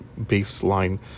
baseline